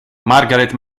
margaret